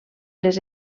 les